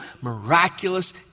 miraculous